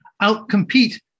out-compete